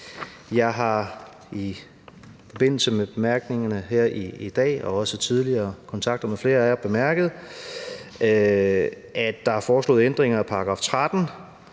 Jeg har i forbindelse med bemærkningerne her i dag og også tidligere kontakt med flere af jer bemærket, at der er foreslået ændringer af § 13,